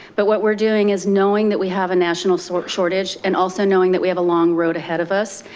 but what we're doing is knowing that we have a national sort of shortage and also knowing that we have a long road ahead of us.